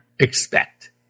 expect